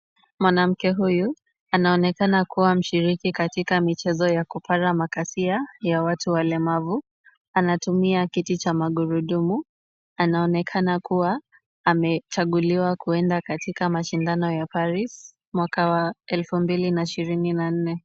Mwanamke huyu anaonekana kuwa mshiriki katika michezo ya kupara makasira ya watu walemavu. Anatumia kiti cha magurudumu, anaonekana kuwa amechaguliwa kuenda katika mashindano ya Paris mwaka wa elfu mbili na ishirini na nne.